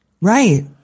Right